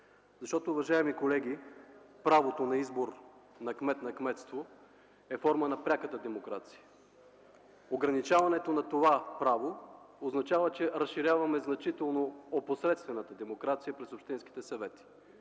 страната. Уважаеми колеги, правото на избор на кмет на кметство е форма на пряката демокрация. Ограничаването на това право означава, че разширяваме значително опосредствената демокрация през общинските съвети